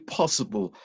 possible